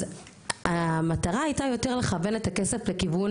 אז המטרה הייתה יותר לכוון את הכסף לכיוון